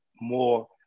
more